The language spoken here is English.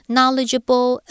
Knowledgeable